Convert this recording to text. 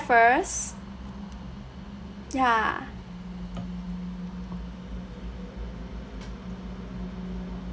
first ya